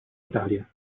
italia